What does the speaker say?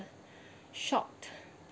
shocked